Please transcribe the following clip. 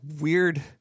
weird